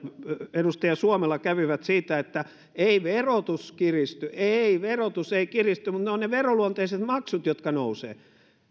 edustaja suomela kävivät siitä että ei verotus kiristy ei verotus ei kiristy mutta ne ovat ne veroluonteiset maksut jotka nousevat